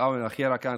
הכלכלי.